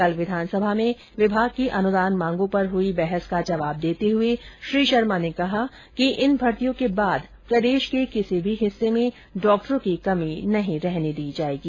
कल विधानसभा में विभाग की अनुदान मांगों पर हई बहस का जवाब देते हुए श्री शर्मा ने कहा कि इन भर्तियों के बाद प्रदेश के किसी भी हिस्से में डॉक्टरों की कमी नहीं रहने दी जाएगी